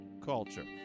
culture